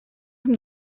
from